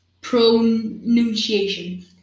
pronunciation